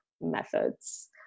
methods